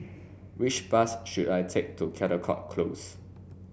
which bus should I take to Caldecott Close